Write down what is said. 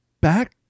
back